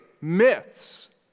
myths